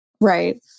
Right